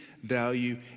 value